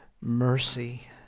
mercy